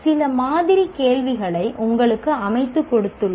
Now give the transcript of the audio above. சில மாதிரி கேள்விகளை உங்களுக்கு அமைத்து கொடுத்துள்ளோம்